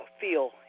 feel